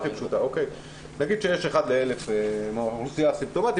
נגיד שיש אחד ל-1,000 מאוכלוסיית האסימפטומטיים